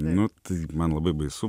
nu tai man labai baisu